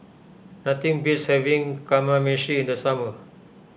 nothing beats having Kamameshi in the summer